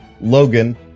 Logan